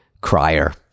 crier